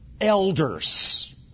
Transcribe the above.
elders